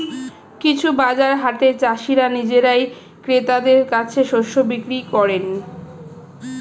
কিছু বাজার হাটে চাষীরা নিজেরাই ক্রেতাদের কাছে শস্য বিক্রি করেন